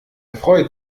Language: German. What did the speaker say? freut